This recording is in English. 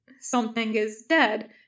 something-is-dead